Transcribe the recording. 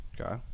Okay